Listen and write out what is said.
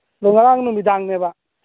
ꯑꯗꯣ ꯉꯔꯥꯡ ꯅꯨꯃꯤꯗꯥꯡꯅꯦꯕ